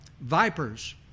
vipers